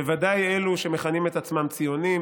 בוודאי אלה שמכנים את עצמם ציונים,